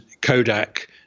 Kodak